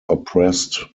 oppressed